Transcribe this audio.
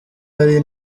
ari